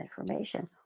information